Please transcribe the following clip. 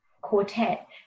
quartet